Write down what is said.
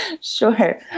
Sure